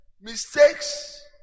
mistakes